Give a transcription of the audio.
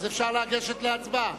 אפשר לגשת להצבעה?